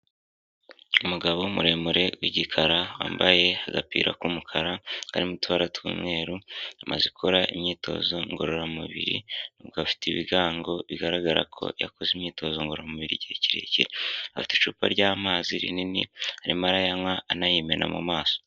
Umugabo muremure w'igikara wambaye agapira k'umukara karimo utubara t'umweru, amaze gukora imyitozo ngororamubiri nubwo afite ibigango bigaragara ko yakoze imyitozo ngororamubiri igihe kirekire. Afite icupa ry'amazi rinini arimo arayanywa anayimena mu maso.